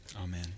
Amen